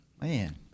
Man